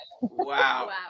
Wow